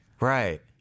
Right